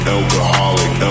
Alcoholic